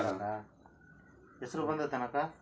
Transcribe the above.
ಒಂದ್ ಪಂಪ್ ಗೆ ಎಷ್ಟ್ ಮಿಲಿ ಲೇಟರ್ ಕ್ರಿಮಿ ನಾಶಕ ಸೇರಸ್ಬೇಕ್?